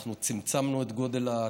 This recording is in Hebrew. אנחנו צמצמנו את גודל הכיתות,